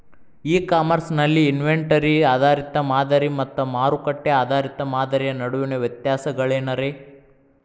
E commerce ನಲ್ಲಿ inventory ಆಧಾರಿತ ಮಾದರಿ ಮತ್ತ ಮಾರುಕಟ್ಟೆ ಆಧಾರಿತ ಮಾದರಿಯ ನಡುವಿನ ವ್ಯತ್ಯಾಸಗಳೇನ ರೇ?